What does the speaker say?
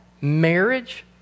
Marriage